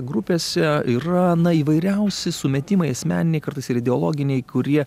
grupėse yra na įvairiausi sumetimai asmeniniai kartais ir ideologiniai kurie